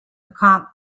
account